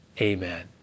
Amen